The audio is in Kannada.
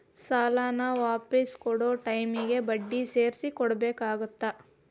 ಸಾಲಾನ ವಾಪಿಸ್ ಕೊಡೊ ಟೈಮಿಗಿ ಬಡ್ಡಿ ಸೇರ್ಸಿ ಕೊಡಬೇಕಾಗತ್ತಾ